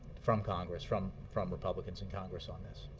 from congress from from republicans in congress on this.